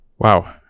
Wow